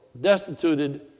destituted